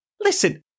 Listen